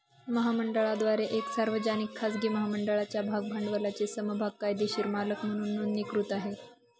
महामंडळाद्वारे एक सार्वजनिक, खाजगी महामंडळाच्या भाग भांडवलाचे समभाग कायदेशीर मालक म्हणून नोंदणीकृत आहे